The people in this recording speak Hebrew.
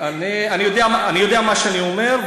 אני יודע מה שאני אומר,